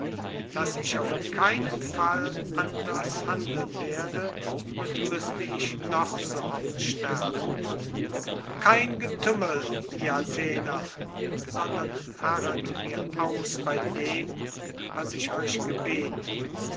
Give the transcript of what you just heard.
daß ich auf keinen fall anders handeln werde und müßte ich noch so oft sterben kein getümmel ihr athener sondern harret mir aus bei dem was ich euch gebeten